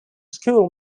school